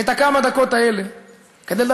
חבר הכנסת יואל חסון,